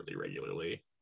regularly